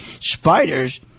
Spiders